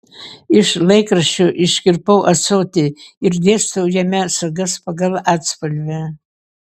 iš laikraščio iškirpau ąsotį ir dėstau jame sagas pagal atspalvį